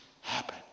happen